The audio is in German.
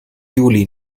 juli